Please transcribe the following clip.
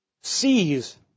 sees